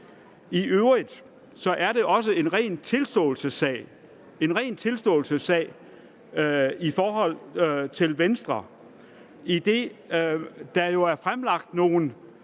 I øvrigt er det også en ren tilståelsessag for Venstre,